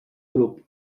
grup